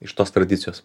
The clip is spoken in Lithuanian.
iš tos tradicijos